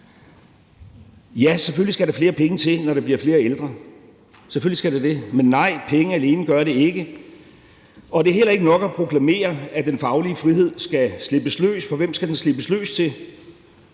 Ja, selvfølgelig skal der flere penge til, når der bliver flere ældre – selvfølgelig skal der det – men nej, penge alene gør det ikke, og det er heller ikke nok at proklamere, at den faglige frihed skal slippes løs, for hvem skal den slippes løs til?